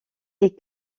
est